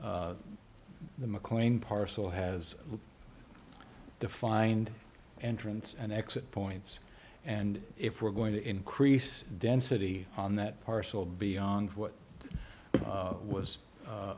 the mclean parcel has defined entrance and exit points and if we're going to increase density on that parcel beyond what was